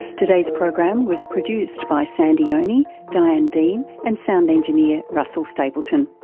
today's program was produced by sandy onie, diane dean and sound engineer russell stapleton.